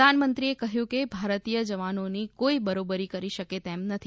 પ્રધાનમંત્રીએ કહ્યું કે ભારતીય જવાનોની કોઈ બરોબરી કરી શકે તેમ નથી